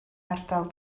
ardal